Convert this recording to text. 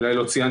אולי לא ציינתי,